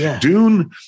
Dune